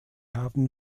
haben